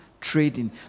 trading